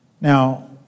Now